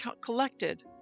collected